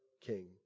King